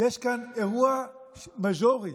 יש כאן אירוע מז'ורי.